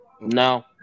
No